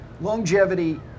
Longevity